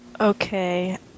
Okay